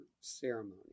ceremony